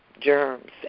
germs